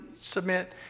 submit